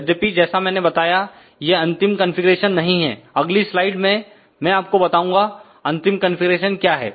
यद्यपि जैसा मैंने बताया ये अंतिम कंफीग्रेशन नहीं है अगली स्लाइड में मैं आपको बताऊंगा अंतिम कॉन्फ़िगरेशन क्या है